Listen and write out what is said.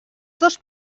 dos